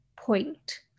point